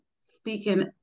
speaking